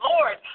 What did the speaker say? Lord